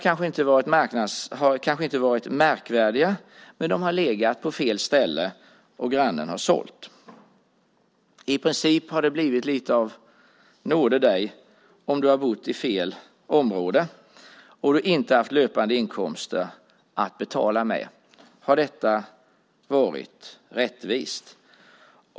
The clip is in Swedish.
Husen har kanske inte varit märkvärdiga, men de har legat på fel ställe och grannen har sålt. I princip har det blivit lite av: Nåde dig om du har bott i fel område, om du inte haft löpande inkomster att betala med. Har detta varit rättvist?